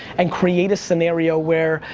and create a scenario where,